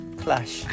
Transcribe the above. clash